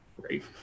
Great